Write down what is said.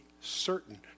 certain